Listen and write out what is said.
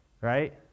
Right